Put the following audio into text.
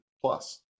plus